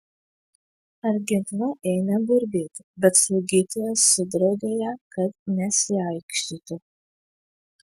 argentina ėmė burbėti bet slaugytoja sudraudė ją kad nesiaikštytų